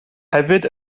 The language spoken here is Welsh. hefyd